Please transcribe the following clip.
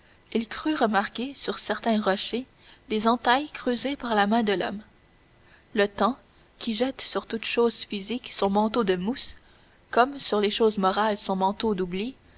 il crut remarquer sur certains rochers des entailles creusées par la main de l'homme le temps qui jette sur toute chose physique son manteau de mousse comme sur les choses morales son manteau d'oubli